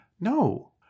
No